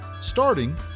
starting